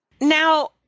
Now